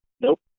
Nope